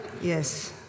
Yes